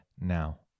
now